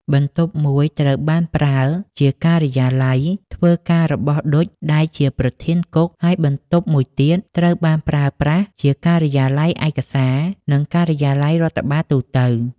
បន្ទប់មួយត្រូវបានប្រើ ជាការិយាល័យ ធ្វើការរបស់ ឌុច ដែលជាប្រធានគុក ហើយបន្ទប់មួយទៀតត្រូវបានប្រើប្រាស់ជាការិយាល័យឯកសារ និងការិយាល័យរដ្ឋបាលទូទៅ ។